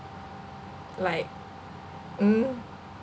like mm